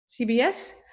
CBS